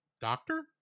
Doctor